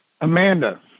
Amanda